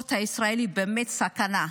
בספורט הישראלי באמת סכנה.